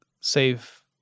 save